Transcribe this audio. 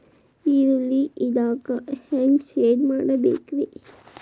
ಈರುಳ್ಳಿ ಇಡಾಕ ಹ್ಯಾಂಗ ಶೆಡ್ ಮಾಡಬೇಕ್ರೇ?